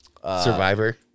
Survivor